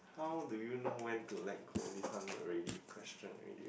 how do you know when to let go this hundred ready questions already